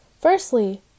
Firstly